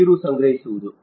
ನೀರು ಸಂಗ್ರಹಿಸುವುದು